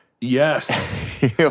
Yes